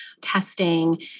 testing